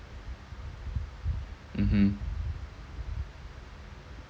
mmhmm